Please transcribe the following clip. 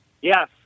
Yes